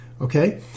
okay